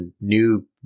new